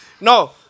No